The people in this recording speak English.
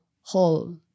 whole